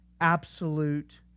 absolute